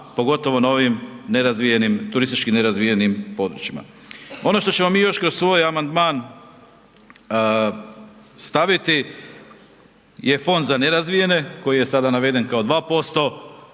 pogotovo na ovim turistički nerazvijenim područjima. Ono što ćemo mi još kroz svoj amandman staviti je Fond za nerazvijene koji je sada naveden kao 2%,